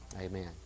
amen